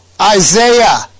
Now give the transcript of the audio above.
Isaiah